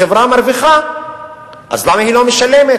החברה מרוויחה, אז למה היא לא משלמת?